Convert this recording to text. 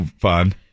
fun